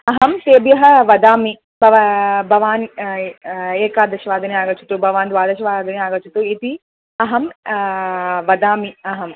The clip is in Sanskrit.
अहं तेभ्यः वदामि भवान् एकादशवादने आगच्छतु भवान् द्वादशवादने आगच्छतु इति अहं वदामि अहम्